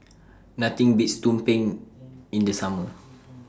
Nothing Beats Tumpeng in The Summer